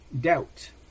doubt